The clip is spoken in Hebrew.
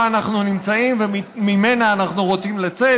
אנחנו נמצאים וממנה אנחנו רוצים לצאת.